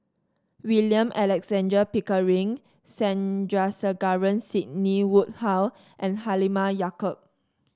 William Alexander Pickering Sandrasegaran Sidney Woodhull and Halimah Yacob